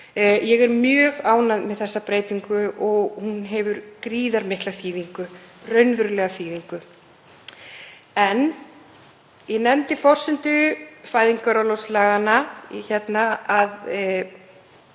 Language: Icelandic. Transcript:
Ég er mjög ánægð með þessa breytingu og hún hefur gríðarmikla þýðingu, raunverulega þýðingu. Ég nefndi að forsenda fæðingarorlofslaganna